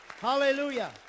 Hallelujah